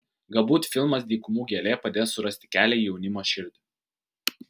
galbūt filmas dykumų gėlė padės surasti kelią į jaunimo širdį